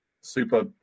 super